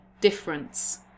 difference